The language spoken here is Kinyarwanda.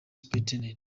supt